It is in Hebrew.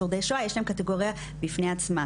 שורדי שואה יש להם קטגוריה בפני עצמה,